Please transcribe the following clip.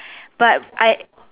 but I